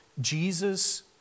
Jesus